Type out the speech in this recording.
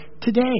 today